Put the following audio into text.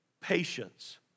patience